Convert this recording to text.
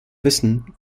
wissen